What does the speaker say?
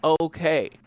okay